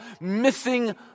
missing